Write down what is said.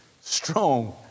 strong